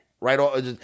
Right